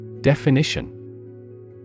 Definition